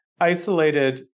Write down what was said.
isolated